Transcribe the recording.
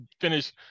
finish